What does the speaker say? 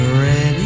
ready